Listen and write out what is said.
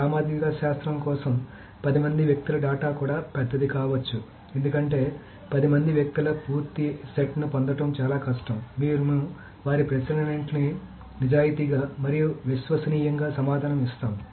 సామాజిక శాస్త్రం కోసం 10 మంది వ్యక్తుల డేటా కూడా పెద్దది కావచ్చు ఎందుకంటే 10 మంది వ్యక్తుల పూర్తి సెట్ను పొందడం చాలా కష్టం మేము వారి ప్రశ్నలన్నింటికీ నిజాయితీగా మరియు విశ్వసనీయంగా సమాధానం ఇస్తాము